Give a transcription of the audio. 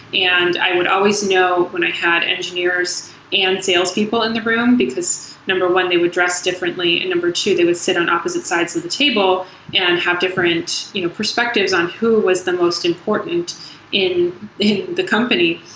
and i would always know when i had engineers and salespeople in the room, because, number one, they would dress differently. number two, they would sit on opposite sides of the table and have different you know perspectives on who was the most important in in the company,